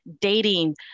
dating